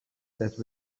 that